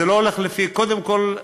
קודם כול,